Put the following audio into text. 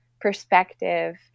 perspective